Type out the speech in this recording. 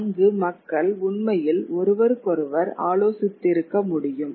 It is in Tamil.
அங்கு மக்கள் உண்மையில் ஒருவருக்கொருவர் ஆலோசித்திருக்க முடியும்